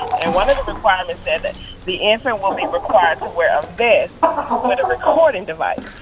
and one of the requirements said that the infant will be required to wear a vest with a recording device.